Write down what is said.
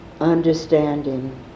understanding